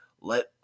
let